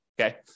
Okay